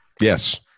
Yes